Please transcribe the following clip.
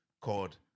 called